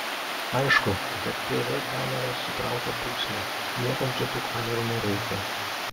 aišku kad tv kameros sutraukia pūslę niekam čia tų kamerų nereikia